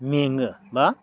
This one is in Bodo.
मेङो बा